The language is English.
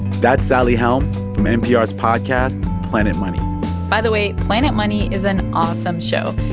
that's sally helm from npr's podcast planet money by the way, planet money is an awesome show.